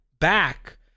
back